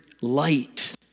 light